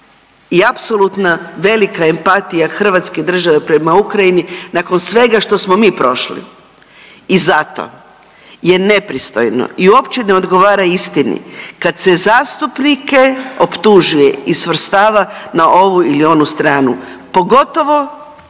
i apsolutna velika empatija hrvatske države prema Ukrajini nakon svega što smo mi prošli i zato je nepristojno i opće ne odgovara istini kad se zastupnike optužuje i svrstava na ovu ili onu stranu, pogotovo